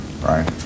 right